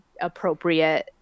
appropriate